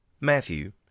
Matthew